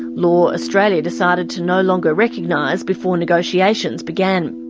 law australia decided to no longer recognise before negotiations began.